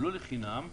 לא לחינם,